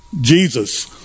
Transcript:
Jesus